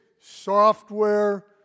Software